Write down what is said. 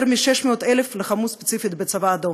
יותר מ-600,000 לחמו ספציפית בצבא האדום,